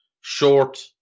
short